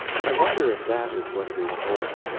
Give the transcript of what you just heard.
i wonder if that is what it is for?